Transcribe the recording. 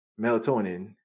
Melatonin